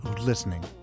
listening